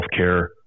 healthcare